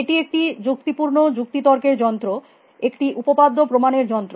এটি একটি যুক্তিপুর্ণ যুক্তি তর্কের যন্ত্র একটি উপপাদ্য প্রমাণের যন্ত্র